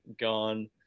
gone